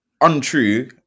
untrue